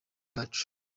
bwacu